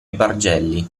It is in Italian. bargelli